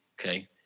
Okay